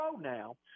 now